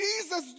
Jesus